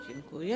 Dziękuję.